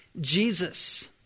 Jesus